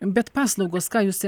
bet paslaugos ką jūs